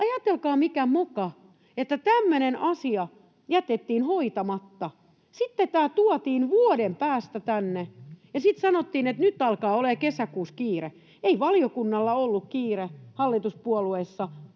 moka, että tämmöinen asia jätettiin hoitamatta. Sitten tämä tuotiin vuoden päästä tänne, ja sitten sanottiin, että nyt alkaa kesäkuussa olemaan kiire. Ei valiokunnalla ollut kiire, hallituspuolueilla,